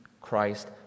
Christ